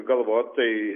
galvot tai